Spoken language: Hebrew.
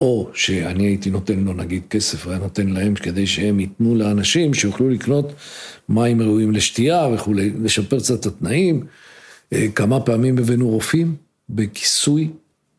או שאני הייתי נותן לו נגיד כסף והוא היה נותן להם כדי שהם ייתנו לאנשים שיוכלו לקנות מים ראויים לשתייה וכולי, לשפר קצת את תנאים. כמה פעמים הבנו רופאים בכיסוי.